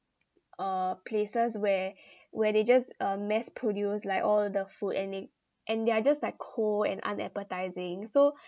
uh places where where they just uh mass produced like all the food and they and they're just like cold and unappetising so